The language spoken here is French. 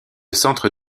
centre